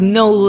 no